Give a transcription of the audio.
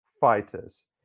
fighters